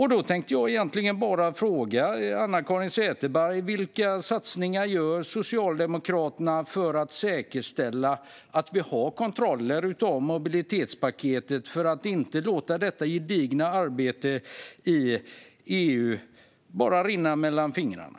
Jag tänkte egentligen bara fråga Anna-Caren Sätherberg vilka satsningar Socialdemokraterna gör för att säkerställa att vi har kontroller av mobilitetspaketet för att inte låta detta gedigna arbete i EU bara rinna mellan fingrarna.